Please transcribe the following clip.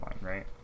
right